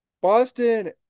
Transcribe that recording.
Boston